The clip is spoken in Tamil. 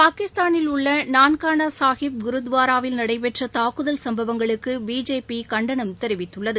பாகிஸ்தானில் உள்ள நன்கானா சாஹிப் குருத்வாராவில் நடைபெற்ற தாக்குதல் சம்பவங்களுக்கு பிஜேபி கண்டனம் தெரிவித்துள்ளது